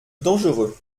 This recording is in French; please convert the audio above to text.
dangereux